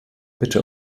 bitte